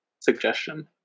suggestion